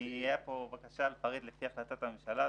הייתה פה בקשה לפרט לפי החלטת הממשלה,